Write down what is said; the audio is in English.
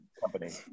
company